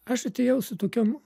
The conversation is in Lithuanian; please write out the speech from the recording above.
aš atėjau su tokiom